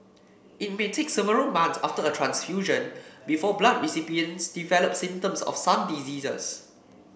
it may take several months after a transfusion before blood recipients develop symptoms of some diseases